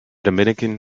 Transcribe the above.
dominican